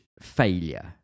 failure